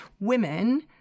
women